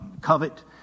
covet